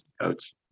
Coach